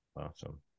Awesome